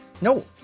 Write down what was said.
No